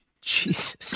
Jesus